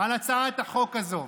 הצעת החוק הזאת.